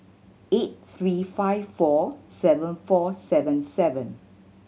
eight three five four seven four seven seven